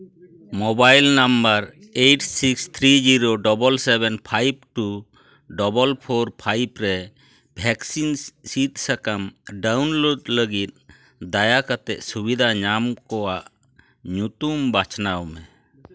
mobile number eight six three zero double seven five two double four five ᱨᱮ vaccine ᱥᱤᱫ ᱥᱟᱠᱟᱢ download ᱞᱟᱹᱜᱤᱫ ᱫᱟᱭᱟ ᱠᱟᱛᱮᱫ ᱥᱩᱵᱤᱫᱷᱟ ᱧᱟᱢ ᱠᱚᱜᱼᱟ ᱧᱩᱛᱩᱢ ᱵᱟᱪᱷᱱᱟᱣ ᱢᱮ